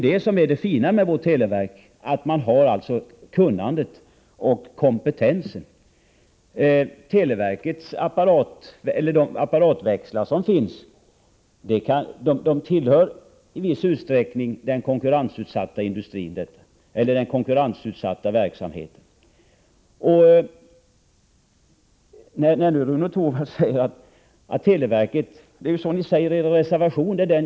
Det fina med vårt televerk är ju att man har både kunnandet och kompetensen. De apparatväxlar som finns tillhör i viss utsträckning den konkurrensutsatta verksamheten. I er reservation säger ni, Rune Torwald, att allt detta skall säljas ut och privatiseras.